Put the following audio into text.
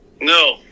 No